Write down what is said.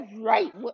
right